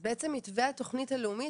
אז בעצם מתווה התוכנית הלאומית,